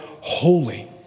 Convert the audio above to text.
holy